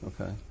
Okay